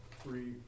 three